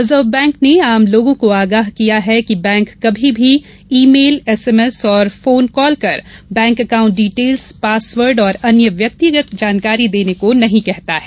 reserve Bank ने आम लोगों को आगाह किया है कि बैंक कभी भी ई मेल एसएमएस और फोन कॉल कर बैंक अकाउण्ट डिटेल्स पासवर्ड और अन्य व्यक्तिगत जानकारी देने को नहीं कहता है